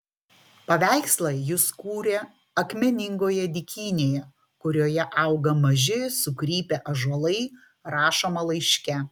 paveikslą jis kūrė akmeningoje dykynėje kurioje auga maži sukrypę ąžuolai rašoma laiške